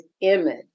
image